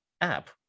app